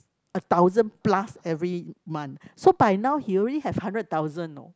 a thousand plus every month so by now he already have hundred thousand know